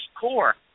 core